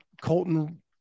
Colton